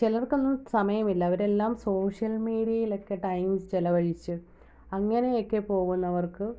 ചിലർക്കൊന്നും സമയമില്ല അവരെല്ലാം സോഷ്യൽ മീഡ്യയിലൊക്കെ ടൈം ചിലവഴിച്ച് അങ്ങനെ ഒക്കെ പോകുന്നവർക്ക്